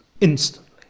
instantly